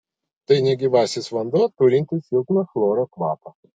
tai negyvasis vanduo turintis silpną chloro kvapą